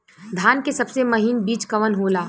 धान के सबसे महीन बिज कवन होला?